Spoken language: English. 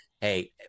Hey